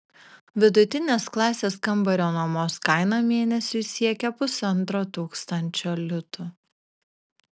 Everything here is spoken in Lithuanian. vidutinės klasės kambario nuomos kaina mėnesiui siekia pusantro tūkstančio litų